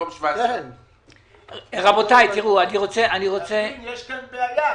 במקום 17%. יש כאן בעיה.